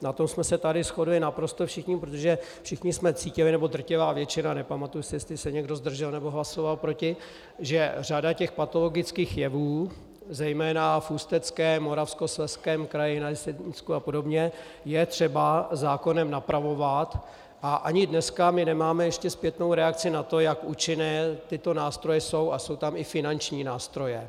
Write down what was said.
Na tom jsme se tady shodli naprosto všichni, protože všichni jsme cítili, nebo drtivá většina, nepamatuji si, jestli se někdo zdržel nebo hlasoval proti, že řadu patologických jevů zejména v Ústeckém, Moravskoslezském kraji, na Jesenicku a podobně je třeba zákonem napravovat, a ani dneska ještě nemáme zpětnou reakci na to, jak účinné tyto nástroje jsou, a jsou tam i finanční nástroje.